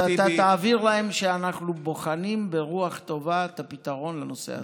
אז תעביר להם שאנחנו בוחנים ברוח טובה את הפתרון לנושא הזה.